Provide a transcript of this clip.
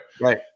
Right